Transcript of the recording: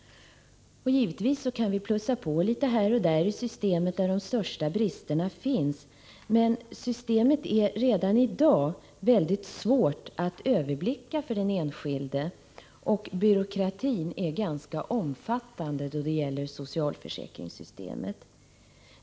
Givetvis kan vi plussa på litet här och där inom systemet där de största bristerna finns. Men systemet är redan i dag mycket svårt att överblicka för den enskilde, och byråkratin är ganska omfattande när det gäller socialförsäkringssystemet.